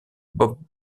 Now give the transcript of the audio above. bob